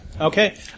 Okay